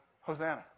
Hosanna